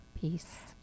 Peace